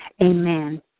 Amen